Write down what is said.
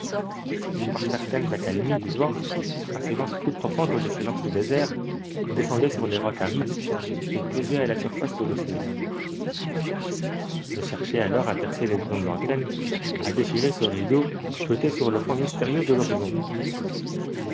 par certaines accalmies du vent un silence plus profond que les silences du désert descendait sur les rocs arides et pesait à la surface de l'océan je cherchais alors à percer les brumes lointaines à déchirer ce rideau jeté sur le fond mystérieux de l'horizon